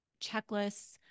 checklists